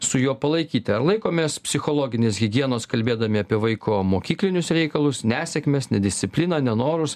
su juo palaikyti ar laikomės psichologinės higienos kalbėdami apie vaiko mokyklinius reikalus nesėkmes nediscipliną nenorus